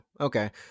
okay